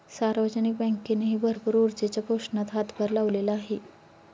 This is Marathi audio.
सार्वजनिक बँकेनेही भरपूर ऊर्जेच्या पोषणात हातभार लावलेला आहे